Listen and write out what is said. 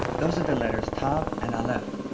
those are the letters tav and alaph,